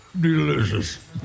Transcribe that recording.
Delicious